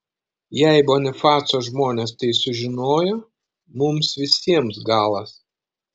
jei bonifaco žmonės tai sužinojo mums visiems galas